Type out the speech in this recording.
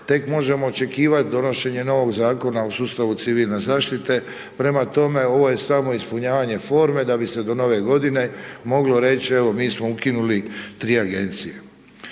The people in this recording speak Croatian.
tek možemo očekivati donošenje novog Zakona o sustavu civilne zaštite. Prema tome ovo je samo ispunjavanje forme da bi se do Nove godine moglo reći evo mi smo ukinuli 3 agencije.